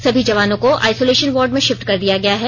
सभी जवानों को आइसोलेशन वार्ड में शिफ्ट कर दिया गया है